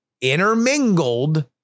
intermingled